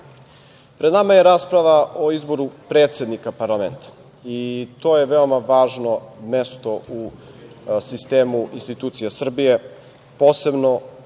nama je rasprava o izboru predsednika parlamenta i to je veoma važno mesto u sistemu institucija Srbije, posebno